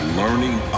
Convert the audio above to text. learning